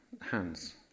hands